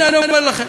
הנה אני אומר לכם.